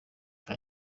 cya